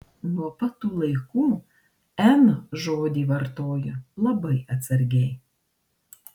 nuo pat tų laikų n žodį vartoju labai atsargiai